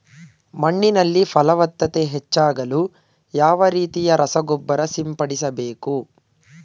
ಮಣ್ಣಿನಲ್ಲಿ ಫಲವತ್ತತೆ ಹೆಚ್ಚಾಗಲು ಯಾವ ರೀತಿಯ ರಸಗೊಬ್ಬರ ಸಿಂಪಡಿಸಬೇಕು?